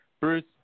Bruce